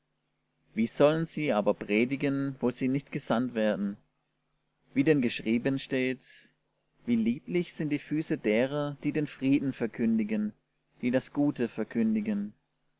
wie sollen sie aber predigen wo sie nicht gesandt werden wie denn geschrieben steht wie lieblich sich die füße derer die den frieden verkündigen die das gute verkündigen